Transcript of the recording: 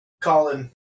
Colin